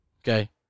okay